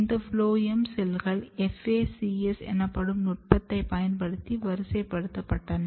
இந்த ஃபுளோயம் செல்கள் FACS எனப்படும் நுட்பத்தைப் பயன்படுத்தி வரிசைப்படுத்தப்பட்டன